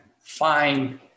find